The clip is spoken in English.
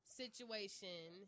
situation